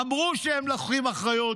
אמרו שהם לוקחים אחריות.